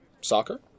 Soccer